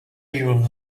your